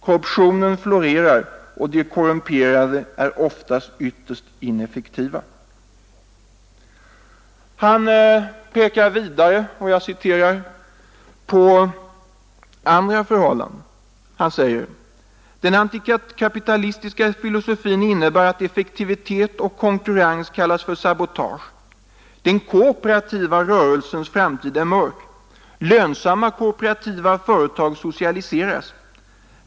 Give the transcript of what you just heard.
Korruptionen florerar och de korrumperade är oftast ytterst ineffektiva.” Jan-Erik Larsson pekar även på andra förhållanden: ”Den antikapitalistiska filosofin innebär att effektivitet och konkurrens kallas för sabotage. Den kooperativa rörelsens framtid är mörk. Lönsamma kooperativa företag socialiseras.